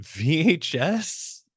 VHS